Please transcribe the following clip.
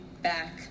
back